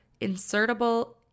insertable